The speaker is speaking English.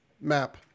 map